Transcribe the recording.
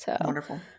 Wonderful